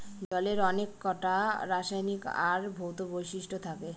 জলের অনেককটা রাসায়নিক আর ভৌত বৈশিষ্ট্য থাকে